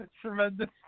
Tremendous